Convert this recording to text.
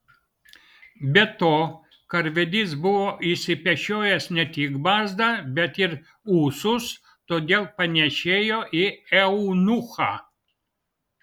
be to karvedys buvo išsipešiojęs ne tik barzdą bet ir ūsus todėl panėšėjo į eunuchą